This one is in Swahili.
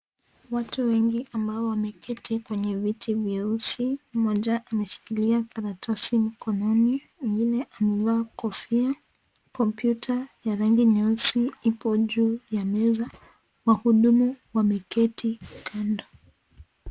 Watu wengi ambao wameketi kwenye viti vyeusi, moja ameshikilia karatasi mkononi mwingine amevaa kofia, kompyuta ya rangi nyeusi ipo juu ya meza wahudumu wameketi kando.